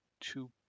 two